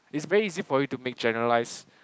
it's very easy for you to make generalized